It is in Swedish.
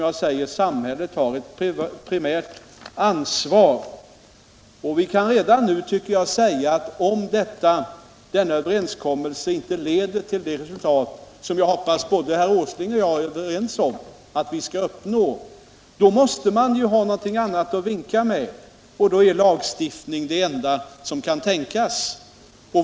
Men samhället har ett primärt ansvar. Vi kan redan nu säga att om denna överenskommelse inte leder till det resultat som jag hoppas att herr Åsling och jag är överens om att vi skall uppnå, måste man ha någonting annat att vinka med. Då är lagstiftning det enda som kan tänkas.